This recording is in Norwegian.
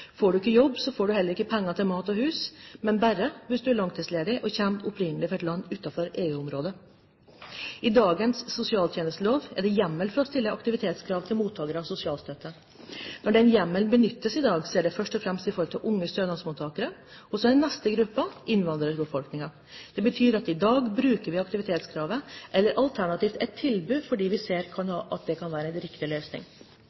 Får du ikke jobb, får du heller ikke penger til mat og hus. Men det gjelder bare hvis du er langtidsledig og opprinnelig kommer fra et land utenfor EU-området. I dagens sosialtjenestelov er det hjemmel for å stille aktivitetskrav til mottagere av sosialstøtte. Når denne hjemmelen benyttes i dag, er det først og fremst i tilknytning til unge stønadsmottagere. Neste gruppe er innvandrerbefolkningen. Det betyr at vi i dag bruker aktivitetskravet eller et alternativt tilbud, fordi vi ser at det kan være en riktig løsning.